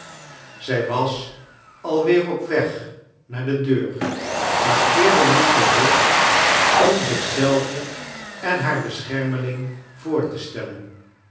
zij was al weer op weg naar de deur maar keerde nu terug om zich zelve en haar beschermeling voor te stellen